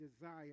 desire